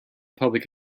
public